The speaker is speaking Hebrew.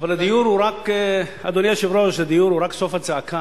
אבל, אדוני היושב-ראש, הדיור הוא רק סוף הצעקה.